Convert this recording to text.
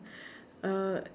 uh